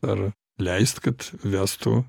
ar leist kad vestų